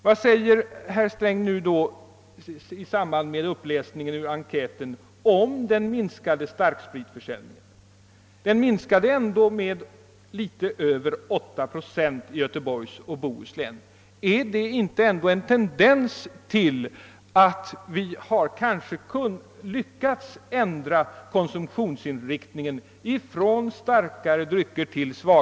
Vad säger då herr Sträng nu i samband med uppläsningen av enkäten om den minskade starkspritförsäljningen — den minskade ändå med något över 8 procent i Göteborgs och Bohus län? Var detta ändå inte en tendens till att vi kanske hade lyckats ändra konsumtionsinriktningen från starkare till sva .